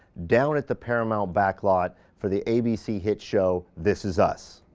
down at the paramount back lot, for the abc hit show, this is us.